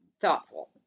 thoughtful